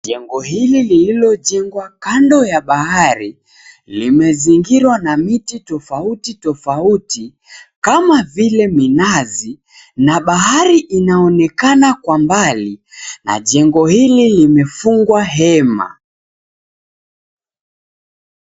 Jengo hili lililojengwa kando ya bahari, limezingirwa na miti tofauti tofauti, kama vile minazi na bahari inaonekana kwa mbali na jengo hili limefungwa hema.